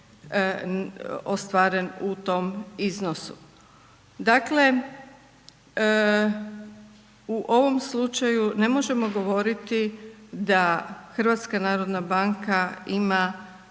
ostvaren u tom iznosu. Dakle u ovom slučaju ne možemo govoriti da HNB ima poseban i